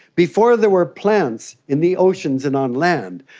before there were plants in the oceans and on land,